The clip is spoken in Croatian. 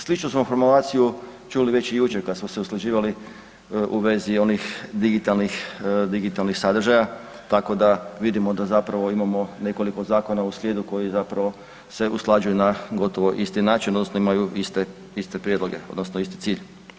Sličnu smo formulaciju čuli već i jučer kad smo se usklađivali u vezi onih digitalnih sadržaja, tako da vidimo da zapravo imamo nekoliko zakona u srijedu koji zapravo se usklađuju na gotovo isti način, odnosno imaju iste prijedloge, odnosno isti cilj.